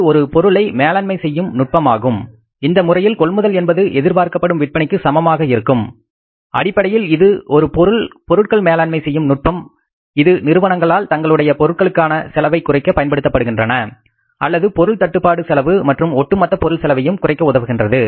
அது ஒரு பொருட்களை மேலாண்மை செய்யும் நுட்பம் ஆகும் இந்த முறையில் கொள்முதல் என்பது எதிர்பார்க்கப்படும் விற்பனைக்கு சமமாக இருக்கும் அடிப்படையில் இது ஒரு பொருட்கள் மேலாண்மை செய்யும் நுட்பம் இது நிறுவனங்களால் தங்களுடைய பொருட்களுக்கான செலவை குறைக்க பயன்படுத்தப்படுகின்றன அல்லது பொருள் தட்டுப்பாடு செலவு மற்றும் ஒட்டுமொத்த பொருள் செலவையும் குறைக்க உதவுகின்றது